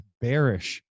bearish